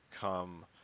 come